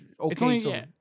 okay